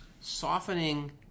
softening